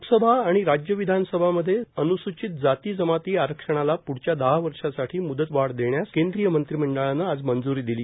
लोकसभा आणि राज्य विधानसभांमध्ये अन्सूचित जाती जमाती आरक्षणाला प्ढच्या दहा वर्षांसाठी म्दतवाढ देण्यासही केंद्रीय मंत्रिमंडळानं आज मंज्री दिली